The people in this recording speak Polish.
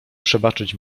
przebaczyć